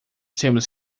temos